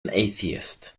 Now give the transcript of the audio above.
atheist